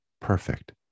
perfect